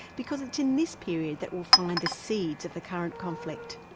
because it's in this period that we'll find the seeds of the current conflict.